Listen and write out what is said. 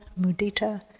mudita